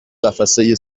قفسه